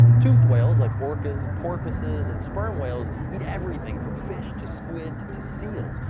toothed whales like orcas, porpoises, and sperm whales eat everything from fish to squid to seals,